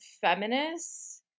feminists